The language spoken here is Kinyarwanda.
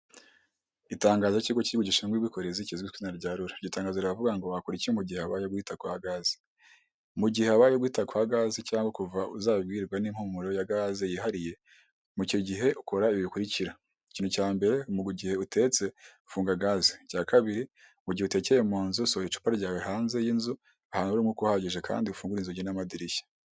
Itangazo ry'ikigo kigo gishinzwe ubwikorezi kizwi ku izina rya RURA, iryo tangazo riravuga ngo wakora iki mu gihe habaye guhita kwa gaze mu gihe habaye guhita kwa gaze cyangwa kuva uzabibwirwa n'impumuro ya gaze yihariye mucyo gihe ukora ibi bikurikira ikintu cya mbere mu mugihe utetse funga gaze cya kabiri mugihe utekeye mu nzu usoho icupa ryawe hanze y'inzu ahantu hari umwuka uhagije kandi ufungure inzugi n'amadirishya.